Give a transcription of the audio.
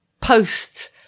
post